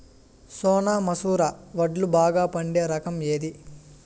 సోనా మసూర వడ్లు బాగా పండే రకం ఏది